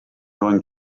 going